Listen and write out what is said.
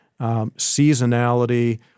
seasonality